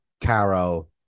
Caro